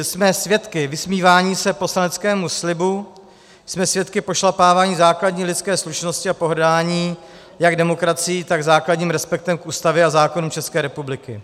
Jsme svědky vysmívání se poslaneckému slibu, jsme svědky pošlapávání základní lidské slušnosti a pohrdání jak demokracií, tak základním respektem k Ústavě a zákonům České republiky.